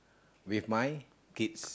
with my kids